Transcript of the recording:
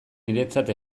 niretzat